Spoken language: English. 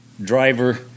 driver